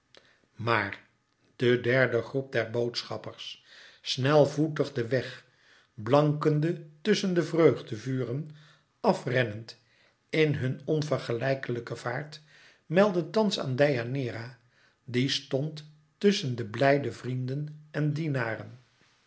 maar de derde groep der boodschappers snelvoetig den weg blankende tusschen de vreugdevuren af rennend in hun onvergelijklijke vaart meldde thans aan deianeira die stond tusschen de blijde vrienden en dienaren